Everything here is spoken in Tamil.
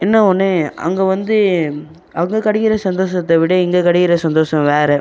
என்ன ஒன்று அங்கே வந்து அங்கே கிடைக்கிற சந்தோஷத்தை விட இங்கே கிடைக்கிற சந்தோஷம் வேறு